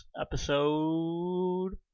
Episode